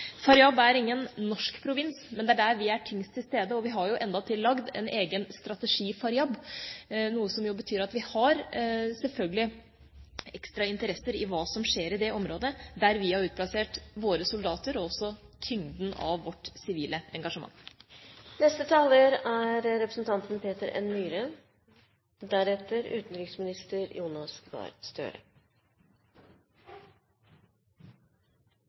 er ingen norsk provins, men det er der vi er tyngst til stede. Vi har endatil laget en egen Faryab-strategi, noe som jo betyr at vi selvfølgelig har ekstra interesse av hva som skjer i det området der vi har utplassert våre soldater og også tyngden av vårt sivile